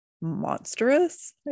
monstrous